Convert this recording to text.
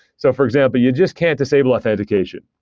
so for example, you just can't disable authentication.